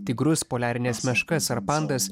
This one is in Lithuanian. tigrus poliarines meškas ar pandas